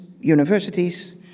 universities